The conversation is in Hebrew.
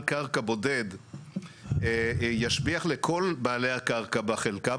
קרקע בודד ישביח לכל בעלי הקרקע בחלקה,